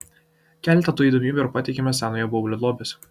keletą tų įdomybių ir pateikiame senojo baublio lobiuose